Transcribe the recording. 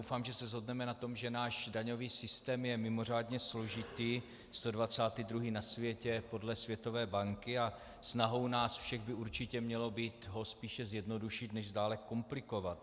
Doufám, že se shodneme na tom, že náš daňový systém je mimořádně složitý, 122. na světě podle Světové banky, a snahou nás všech by určitě mělo být ho spíše zjednodušit než dále komplikovat.